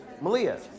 Malia